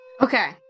Okay